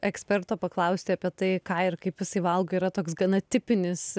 eksperto paklausti apie tai ką ir kaip jisai valgo yra toks gana tipinis